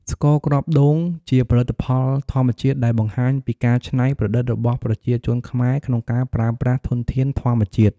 ស្ករគ្រាប់ដូងជាផលិតផលធម្មជាតិដែលបង្ហាញពីការច្នៃប្រឌិតរបស់ប្រជាជនខ្មែរក្នុងការប្រើប្រាស់ធនធានធម្មជាតិ។